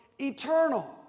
eternal